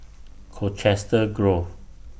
Colchester Grove